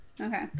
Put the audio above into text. Okay